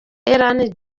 ellen